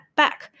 back